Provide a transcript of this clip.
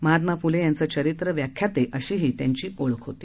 महात्मा फुले यांचे चरित्र व्याख्याते अशी त्यांची ओळख होती